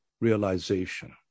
realization